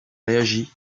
réagit